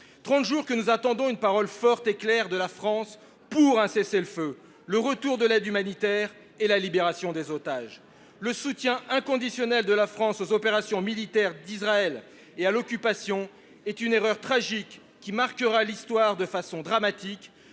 jours que nous attendons une parole forte et claire de la France, pour un cessez le feu, le retour de l’aide humanitaire et la libération des otages ! Le soutien inconditionnel de la France aux opérations militaires d’Israël et à l’occupation est une erreur tragique, qui marquera l’histoire de façon dramatique.